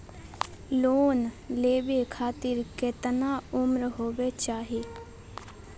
Loan लेवे खातिर केतना उम्र होवे चाही?